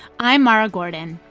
i'm mara gordon.